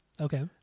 Okay